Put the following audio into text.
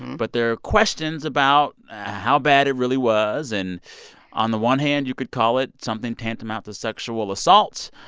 but there are questions about how bad it really was. and on the one hand, you could call it something tantamount to sexual assault.